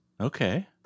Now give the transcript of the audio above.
Okay